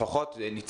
לפחות למיטב